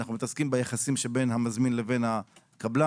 אנחנו מתעסקים ביחסים שבין המזמין לבין הקבלן.